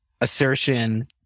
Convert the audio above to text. assertion